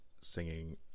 singing